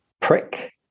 Prick